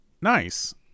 Nice